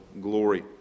glory